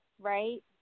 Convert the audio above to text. right